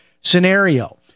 scenario